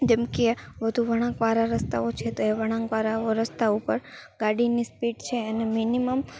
જેમ કે વધુ વળાંકવાળા રસ્તાઓ છે તો એ વળાંકવાળા રસ્તા ઉપર ગાડીની સ્પીડ છે એને મિનિમમ